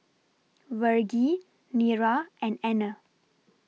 Vergie Nira and Anner